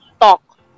talk